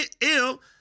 ill